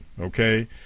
okay